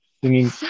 Singing